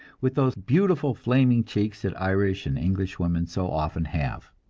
with those beautiful flaming cheeks that irish and english women so often have.